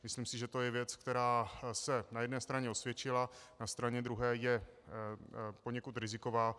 Myslím si, že to je věc, která se na jedné straně osvědčila, na straně druhé je poněkud riziková.